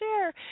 share